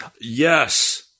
Yes